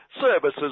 services